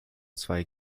zwei